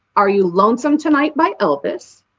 are you lonesome tonight by elvis?